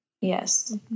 Yes